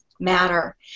matter